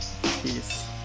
Peace